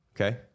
Okay